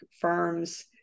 firms